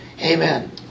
amen